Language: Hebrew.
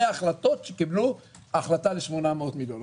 ההחלטות שקיבלו החלטה ל-800 מיליון.